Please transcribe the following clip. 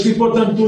יש לי פה את הנתונים,